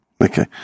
Okay